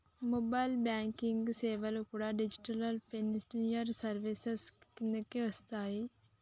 mobile banking సేవలు కూడా digital financial services కిందకే వస్తయ్యి